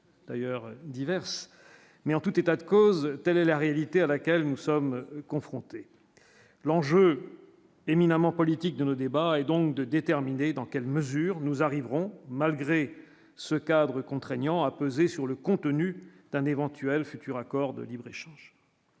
d'ailleurs diverses mais en tout état de cause, telle est la réalité à laquelle nous sommes confrontés l'enjeu éminemment politique de nos débats et donc de déterminer dans quelle mesure nous arriverons malgré ce cadre contraignant à peser sur le contenu d'un éventuel futur accord de libre-échange.